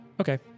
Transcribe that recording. Okay